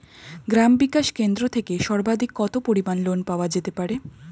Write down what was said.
গ্রাম বিকাশ কেন্দ্র থেকে সর্বাধিক কত পরিমান লোন পাওয়া যেতে পারে?